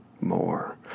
more